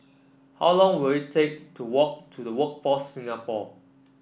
how long will it take to walk to Workforce Singapore